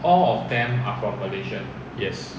yes